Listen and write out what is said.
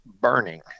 burning